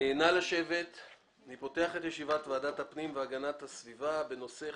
אני פותח את ישיבת ועדת הפנים והגנת הסביבה בנושא: